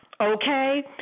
okay